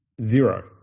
Zero